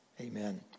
Amen